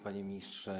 Panie Ministrze!